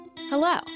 Hello